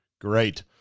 Great